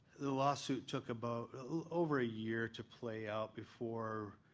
the lawsuit took about over a year to play out before,